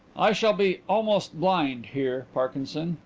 i shall be almost blind here, parkinson,